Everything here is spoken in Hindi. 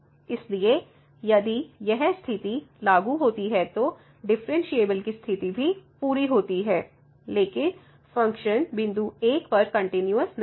इसलिए यदि यह स्थिति लागू होती है तो डिफ़्फ़रेनशियेबल की स्थिति भी पूरी होती है लेकिन फ़ंक्शन बिन्दु 1 पर कंटिन्यूस नहीं है